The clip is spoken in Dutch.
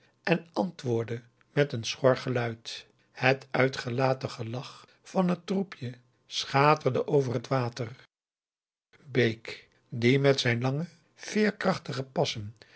en antwoordde met een schor geluid het uitgelaten gelach van het troepje schaterde over het water bake die met zijn lange veerkrachtige passen